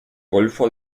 golfo